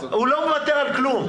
הוא לא מוותר על כלום.